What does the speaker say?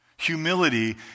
Humility